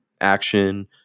action